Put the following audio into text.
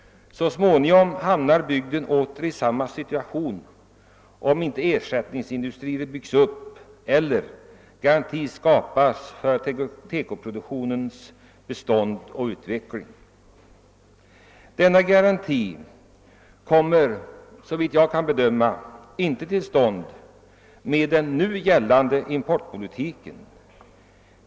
Så småningom hamnar bygden åter i samma situation, om inte ersättningsindustrier byggs upp eller garantier skapas för TEKO-produktionens bestånd och utveckling. Denna garanti kommer, såvitt jag kan bedöma det, inte till stånd med nuvarande importpolitik.